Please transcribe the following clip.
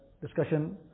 discussion